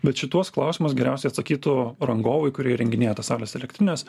bet šituos klausimus geriausiai atsakytų rangovai kurie įrenginėja tas saulės elektrines